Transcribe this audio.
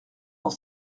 dans